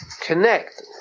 connect